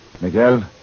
Miguel